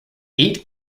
eight